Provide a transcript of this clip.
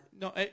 No